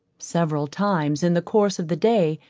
several times in the course of the day,